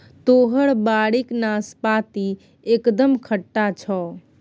तोहर बाड़ीक नाशपाती एकदम खट्टा छौ